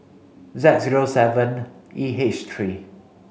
Z zero seven E H three